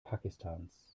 pakistans